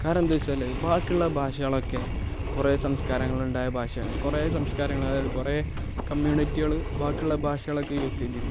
കാരണം എന്താ വെച്ചാൽ ബാക്കിയുള്ള ഭാഷകളൊക്കെ കുറേ സംസ്കാരങ്ങളുണ്ടായ ഭാഷ കുറേ സംസ്കാരങ്ങൾ അതായത് കുറേ കമ്മ്യൂണിറ്റികൾ ബാക്കിയുള്ള ഭാഷകളൊക്കെ യൂസ് ചെയ്തിരുന്നു